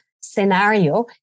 scenario